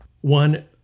One